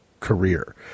career